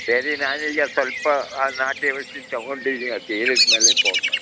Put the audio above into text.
ಸರಿ ನಾನೀಗ ಸ್ವಲ್ಪ ಆ ನಾಟಿ ಔಷಧಿ ತಗೊಂಡಿದ್ದೀನಿ ಅದು ಇಳಿದ ಮೇಲೆ ಫೋನ್ ಮಾಡ್ತಿನಿ